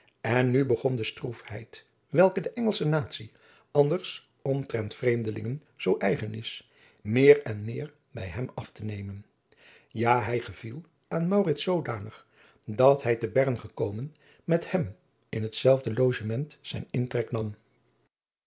en nu begon de stroefheid welke de engelsche natie anders omtrent vreemdelingen zoo eigen is meer en meer bij hem af te nemen ja hij geviel aan maurits zoodanig dat hij te bern gekomen met hem inhetzelfde logement zijn intrek nam